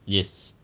yes